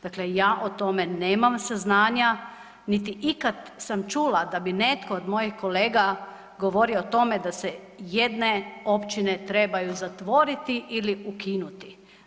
Dakle, ja o tome nemam saznanja, niti ikad sam čula da bi netko od mojih kolega govorio o tome da se jedne općine trebaju zatvoriti ili ukinuti.